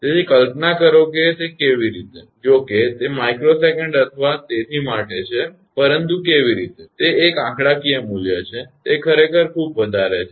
તેથી કલ્પના કરો કે કેવી રીતે જોકે તે માઇક્રોસેકન્ડ અથવા તેથી માટે છે પરંતુ કેવી રીતે તે એક આંકડાકીય મૂલ્ય છે તે ખરેખર ખૂબ વધારે છે